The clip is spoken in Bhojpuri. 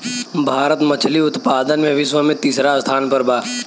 भारत मछली उतपादन में विश्व में तिसरा स्थान पर बा